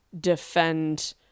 defend